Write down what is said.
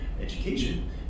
Education